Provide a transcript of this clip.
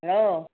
hello